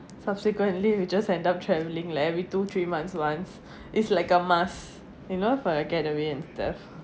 subsequently we just end up travelling like every two three months once it's like a must you know for a getaway and stuff